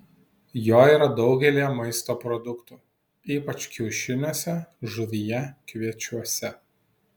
jo yra daugelyje maisto produktų ypač kiaušiniuose žuvyje kviečiuose